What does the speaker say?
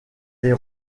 les